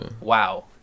wow